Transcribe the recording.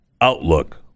outlook